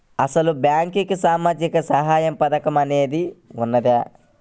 అసలు బ్యాంక్లో సామాజిక సహాయం పథకం అనేది వున్నదా?